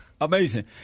amazing